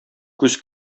күз